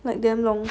like damn long